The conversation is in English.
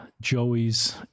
Joey's